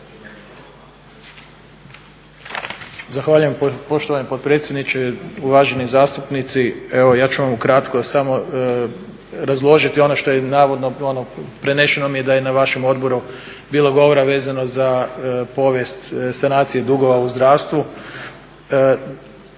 Zahvaljujem poštovani potpredsjedniče, uvaženi zastupnici. Evo ja ću vam ukratko samo razložiti ono što je navodno ono, prenešeno mi je da je na vašem Odboru bilo govora vezano za povijest sanacije dugova u zdravstvu.